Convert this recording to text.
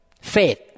Faith